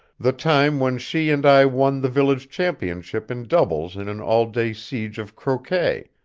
the time when she and i won the village championship in doubles in an all day siege of croquet,